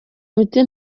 miti